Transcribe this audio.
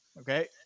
Okay